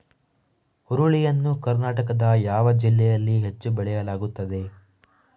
ಹುರುಳಿ ಯನ್ನು ಕರ್ನಾಟಕದ ಯಾವ ಜಿಲ್ಲೆಯಲ್ಲಿ ಹೆಚ್ಚು ಬೆಳೆಯಲಾಗುತ್ತದೆ?